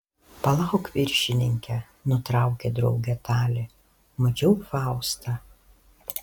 palauk viršininke nutraukė draugę talė mačiau faustą